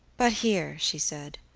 but here she said,